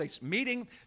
meeting